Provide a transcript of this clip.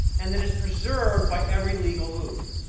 and that is preserved by every legal move,